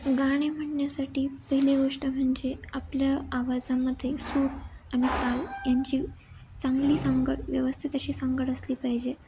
गाणे म्हणण्यासाठी पहिली गोष्ट म्हणजे आपल्या आवाजामध्ये सूर आणि ताल यांची चांगली सांगड व्यवस्थित अशी सांगड असली पाहिजे